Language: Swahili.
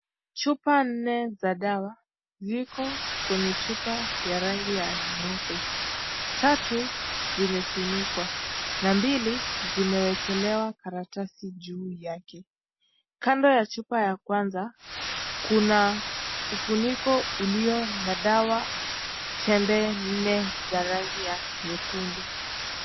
Chupa nne za dawa ziko kwenye chupa ya rangi ya nyeupe. Tatu zimefunikwa na mbili zimewekelewa karatasi juu yake. Kando ya chupa ya kwanza kuna ufuniko ulio na dawa tembe nne za rangi nyekundu.